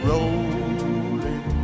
Rolling